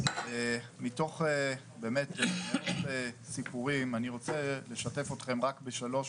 מתוך באמת הסיפורים אני רוצה לשתף אתכם רק בשלוש,